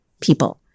people